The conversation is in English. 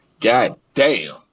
goddamn